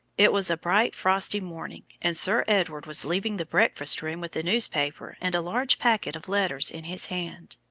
it was a bright, frosty morning, and sir edward was leaving the breakfast-room with the newspaper and a large packet of letters in his hand.